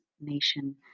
nation